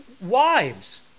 wives